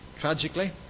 Tragically